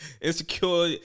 Insecure